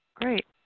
Great